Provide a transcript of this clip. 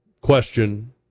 question